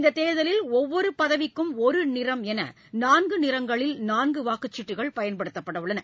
இந்த தேர்தலில் ஒவ்வொரு பதவிக்கும் ஒரு நிறம் என நான்கு நிறங்களில் நான்கு வாக்குச்சீட்டுகள் பயன்படுத்தபடவுள்ளன